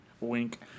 Wink